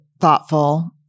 thoughtful